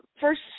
first